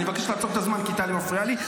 אני מבקש לעצור את הזמן, כי טלי מפריעה לי.